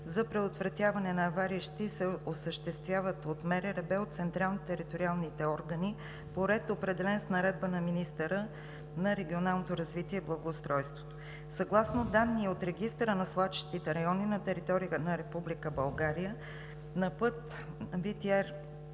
за предотвратяване на аварии се осъществяват от МРРБ, от централните и териториалните органи по ред, определен с наредба на министъра на регионалното развитие и благоустройството. Съгласно данни от регистъра на свлачищните райони на територията на Република